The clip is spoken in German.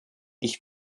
ich